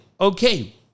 okay